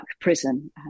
prison